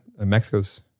Mexico's